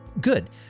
good